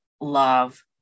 love